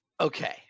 okay